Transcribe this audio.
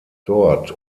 dort